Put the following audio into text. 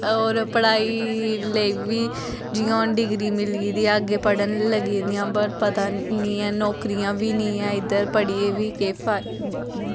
होर पढ़ाई लेई बी जि'यां हून डिग्री मिली दी ऐ अग्गें पढ़न लगी दी ऐं पर पता निं ऐं नौकरियां बी निं ऐं इद्धर पढ़ियै बी केह् फायदा ऐ